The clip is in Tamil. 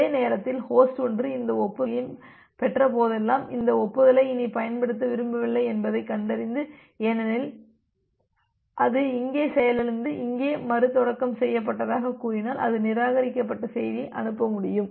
அதே நேரத்தில் ஹோஸ்ட் 1 இந்த ஒப்புதல் செய்தியைப் பெற்ற போதெல்லாம் இந்த ஒப்புதலை இனி பயன்படுத்த விரும்பவில்லை என்பதைக் கண்டறிந்து ஏனெனில் அது இங்கே செயலிழந்து இங்கே மறுதொடக்கம் செய்யப்பட்டதாகக் கூறினால் அது நிராகரிக்கப்பட்ட செய்தியை அனுப்ப முடியும்